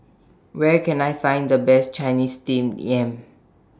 Where Can I Find The Best Chinese Steamed Yam